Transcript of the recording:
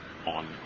on